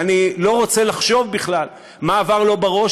ואני לא רוצה לחשוב בכלל מה עבר לו בראש,